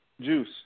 Juice